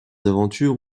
aventures